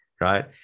Right